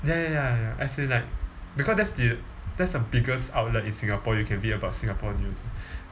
ya ya ya ya as in like because that's the that's the biggest outlet in singapore you can read about singapore news